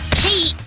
hey!